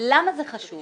למה זה חשוב?